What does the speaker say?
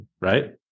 right